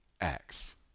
acts